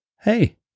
Hey